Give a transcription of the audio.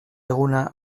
eguna